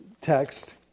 text